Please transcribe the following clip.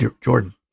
Jordan